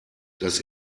das